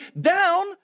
down